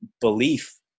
belief